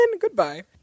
Goodbye